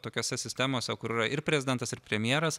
tokiose sistemose kur yra ir prezidentas ir premjeras